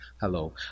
Hello